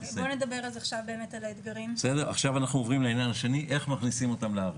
נעבור לעניין השני, איך מכניסים אותם לארץ.